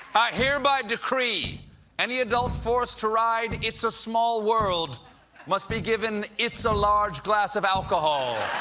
i hereby decree any adult forced to ride it's a small world must be given it's a large glass of alcohol.